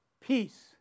Peace